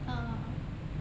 orh orh orh